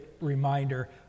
reminder